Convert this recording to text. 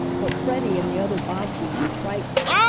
but freddie and the other bobbseys were frightened.